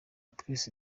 twese